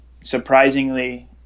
surprisingly